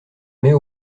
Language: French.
mets